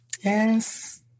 Yes